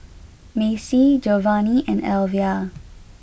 Macie Jovany and Elvia